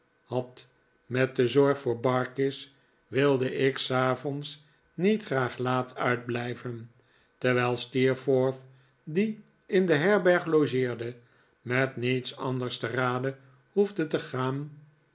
had met de zorg voor barkis wilde ik s avonds niet graag laat uitblijven terwijl steerforth die in de herberg logeerde met niets anders te rade hoefde te gaan